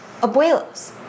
Abuelos